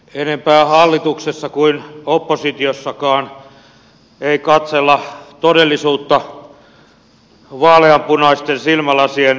enempää hallituksessa kuin oppositiossakaan ei katsella todellisuutta vaaleanpunaisten silmälasien läpi